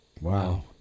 Wow